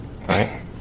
right